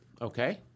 okay